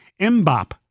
Mbop